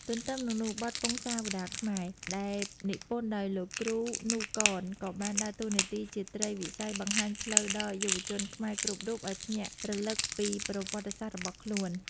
ទន្ទឹមនឹងនោះ បទពង្សាវតារខ្មែរ ដែលនិពន្ធដោយលោកគ្រូ នូ កន ក៏បានដើរតួនាទីជាត្រីវិស័យបង្ហាញផ្លូវដល់យុវជនខ្មែរគ្រប់រូបឱ្យភ្ញាក់រលឹកពីប្រវត្តិសាស្ត្ររបស់ខ្លួន។